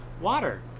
Water